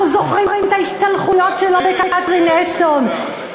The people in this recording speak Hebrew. אנחנו זוכרים את ההשתלחויות שלו בקתרין אשטון.